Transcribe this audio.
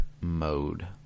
mode